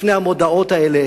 לפני המודעות האלה